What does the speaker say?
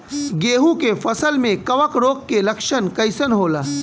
गेहूं के फसल में कवक रोग के लक्षण कइसन होला?